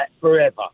forever